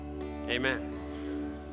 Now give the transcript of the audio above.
Amen